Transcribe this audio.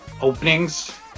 openings